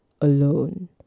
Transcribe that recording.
alone